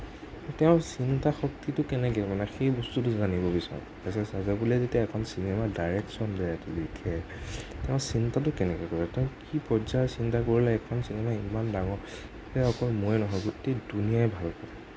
তেওঁৰ চিন্তা শক্তিটো কেনেকে মানে সেই বস্তুটো জানিব বিচাৰোঁ এচ এচ ৰাজামৌলীয়ে যেতিয়া এখন চিনেমা ডাইৰেকশ্য়ন দিয়ে বা লিখে তেওঁ চিন্তাটো কেনেকে কৰে তেওঁ কি পৰ্য্য়ায়ৰ চিন্তা কৰিলে এখন চিনেমা ইমান ডাঙৰ যে অকল মইয়ে নহয় গোটেই দুনীয়াই ভাল পায়